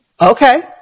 Okay